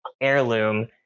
heirloom